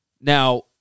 Now